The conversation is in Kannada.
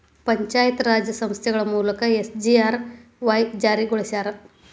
ಪಂಚಾಯತ್ ರಾಜ್ ಸಂಸ್ಥೆಗಳ ಮೂಲಕ ಎಸ್.ಜಿ.ಆರ್.ವಾಯ್ ಜಾರಿಗೊಳಸ್ಯಾರ